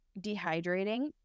dehydrating